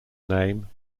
name